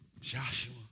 Joshua